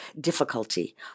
difficulty